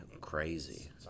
crazy